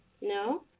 No